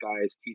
guys